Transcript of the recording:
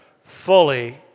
fully